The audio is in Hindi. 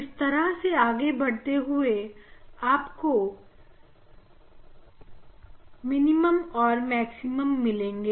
इसी तरह आगे बढ़ते हुए आप को मिनिमम और मैक्सिमम मिलेंगे